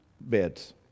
beds